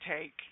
take